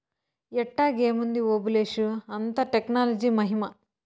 ఎట్టాగేముంది ఓబులేషు, అంతా టెక్నాలజీ మహిమా